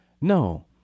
No